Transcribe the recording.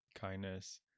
kindness